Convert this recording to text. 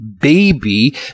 baby